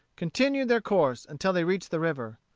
continued their course until they reached the river.